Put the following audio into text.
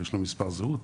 יש לו מספר זהות,